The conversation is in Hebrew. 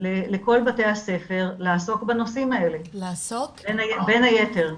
לכל בתי הספר לעסוק בנושאים האלה, בין היתר.